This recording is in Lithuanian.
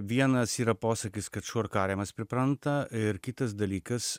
vienas yra posakis kad šuo ir kariamas pripranta ir kitas dalykas